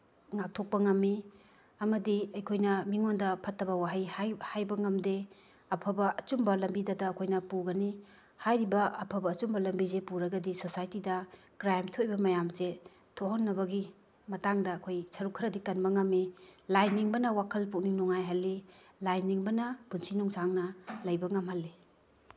ꯉꯥꯛꯊꯣꯛꯄ ꯉꯝꯃꯤ ꯑꯃꯗꯤ ꯑꯩꯈꯣꯏꯅ ꯃꯤꯉꯣꯟꯗ ꯐꯠꯇꯕ ꯋꯥꯍꯩ ꯍꯥꯏꯕ ꯉꯝꯗꯦ ꯑꯐꯕ ꯑꯆꯨꯝꯕ ꯂꯝꯕꯤꯗ ꯑꯩꯈꯣꯏꯅ ꯄꯨꯒꯅꯤ ꯍꯥꯏꯔꯤꯕ ꯑꯐꯕ ꯑꯆꯨꯝꯕ ꯂꯝꯕꯤꯁꯤ ꯄꯨꯔꯒꯗꯤ ꯁꯣꯁꯥꯏꯇꯤꯗ ꯀ꯭ꯔꯥꯏꯝ ꯊꯣꯛꯏꯕ ꯃꯌꯥꯝꯁꯦ ꯊꯣꯛꯍꯟꯅꯕꯒꯤ ꯃꯇꯥꯡꯗ ꯑꯩꯈꯣꯏ ꯁꯔꯨꯛ ꯈꯔꯗꯤ ꯀꯟꯕ ꯉꯝꯃꯤ ꯂꯥꯏꯅꯤꯡꯕꯅ ꯋꯥꯈꯜ ꯄꯨꯛꯅꯤꯡ ꯅꯨꯡꯉꯥꯏꯍꯜꯂꯤ ꯂꯥꯏ ꯅꯤꯡꯕꯅ ꯄꯨꯟꯁꯤ ꯅꯨꯡꯁꯥꯡꯅ ꯂꯩꯕ ꯉꯝꯍꯜꯂꯤ